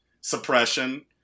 suppression